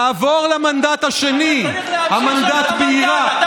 נעבור למנדט השני, המנדט בעיראק.